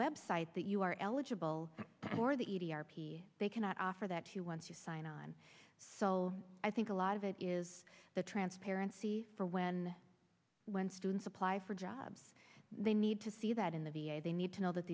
website that you are eligible for the e t r p they cannot offer that too once you sign on sol i think a lot of it is the transparency for when when students apply for jobs they need to see that in the v a they need to know that